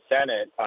Senate